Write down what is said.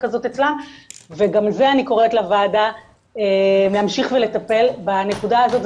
כזאת אצלם וגם זה אני קוראת לוועדה להמשיך ולטפל בנקודה הזאת,